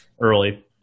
early